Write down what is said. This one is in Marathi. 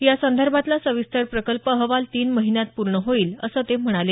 यासंदर्भातला सविस्तर प्रकल्प अहवाल तीन महिन्यात पूर्ण होईल असं ते म्हणाले